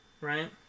right